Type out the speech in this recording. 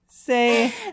Say